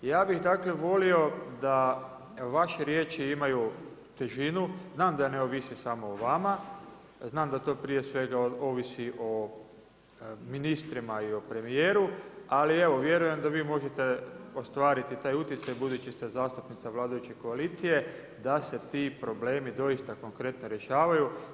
Ja bi dakle volio da vaše riječi imaju težinu, znam da ne ovise samo o vama, znam da to prije svega ovisi o ministrima i o premijeru, ali evo, vjerujem da vi možete ostvariti taj utjecaj budući ste zastupnica vladajuće koalicije, da se ti problemi doista konkretno rješavaju.